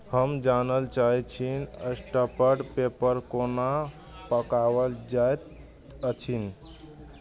हम जानय लेल चाहैत छी स्टपड पेपर कोना पकाओल जाइत अछि